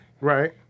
Right